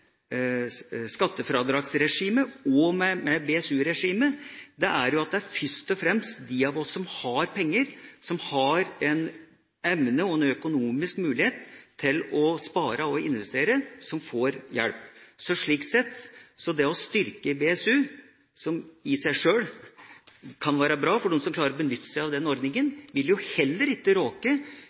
har penger, som har evne og økonomisk mulighet til å spare og investere, som får hjelp. Slik sett vil det å styrke BSU, som i seg sjøl kan være bra for dem som klarer å benytte seg av den ordningen, vil heller ikke råke